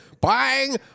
buying